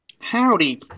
Howdy